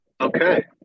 Okay